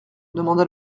demanda